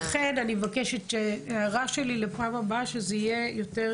לכן אני מבקשת שבפעם הבאה זה יהיה יותר